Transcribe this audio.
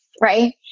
right